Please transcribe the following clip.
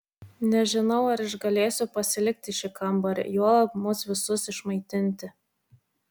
nežinau ar išgalėsiu pasilikti šį kambarį juolab mus visus išmaitinti